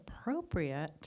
appropriate